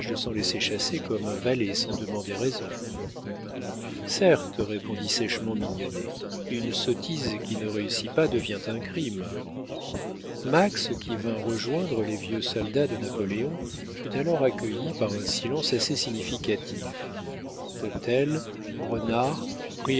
s'en laisser chasser comme un valet sans demander raison certes répondit sèchement mignonnet une sottise qui ne réussit pas devient un crime max qui vint rejoindre les vieux soldats de napoléon fut alors accueilli par un silence assez significatif potel renard